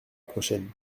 prochaine